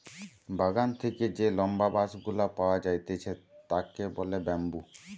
বাগান থেকে যে লম্বা বাঁশ গুলা পাওয়া যাইতেছে তাকে বলে বাম্বু